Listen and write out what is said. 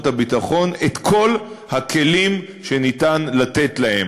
הביטחון את כל הכלים שניתן לתת להם.